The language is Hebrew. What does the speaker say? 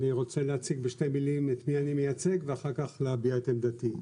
אני רוצה להציג בשתי מילים את מי אני מייצג ואחר כך להביע את עמדתי.